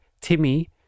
Timmy